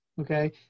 okay